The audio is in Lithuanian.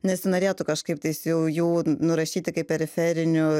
nesinorėtų kaip tais jau jų nurašyti kaip periferinių